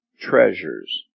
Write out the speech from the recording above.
treasures